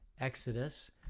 Exodus